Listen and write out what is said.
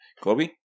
Kobe